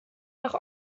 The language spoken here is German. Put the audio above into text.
nach